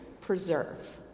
preserve